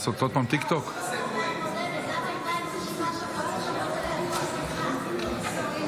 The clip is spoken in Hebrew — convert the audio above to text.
תברך את עמי אשד לרגל קבלתו לרשימת יש עתיד